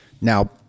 Now